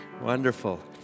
Wonderful